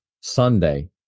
Sunday